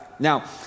Now